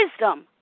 wisdom